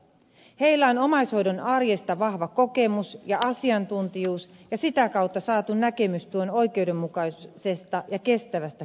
heillä on omaishoidon arjesta vahva kokemus ja asiantuntijuus ja sitä kautta saatu näkemys tuen oikeudenmukaisesta ja kestävästä kehittämisestä